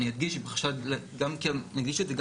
אני אדגיש בחשד נדגיש את זה,